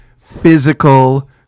physical